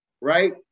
right